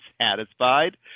satisfied